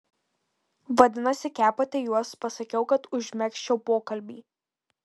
vadinasi kepate juos pasakiau kad užmegzčiau pokalbį